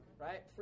right